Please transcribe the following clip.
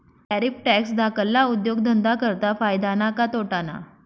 Tariff tax धाकल्ला उद्योगधंदा करता फायदा ना का तोटाना?